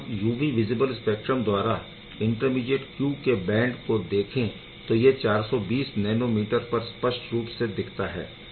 अगर हम UV visible spectra द्वारा इंटरमीडीएट Q के बैंड को देखें तो यह 420 नैनोमीटर पर स्पष्ट रूप से दिखता है